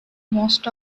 most